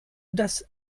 das